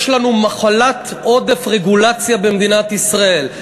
יש לנו מחלת עודף רגולציה במדינת ישראל.